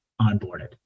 onboarded